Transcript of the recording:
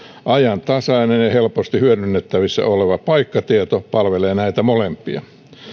ajantasainen ja ja helposti hyödynnettävissä oleva paikkatieto palvelee näitä molempia